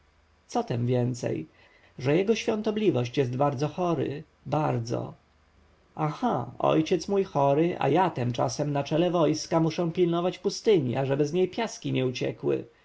co tem więcej że jego świątobliwość jest bardzo chory bardzo aha ojciec mój chory a ja tymczasem na czele wojska muszę pilnować pustyni ażeby z niej piaski nie uciekły